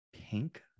Pink